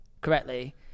correctly